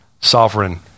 sovereign